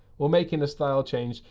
we're making a style change.